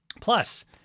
plus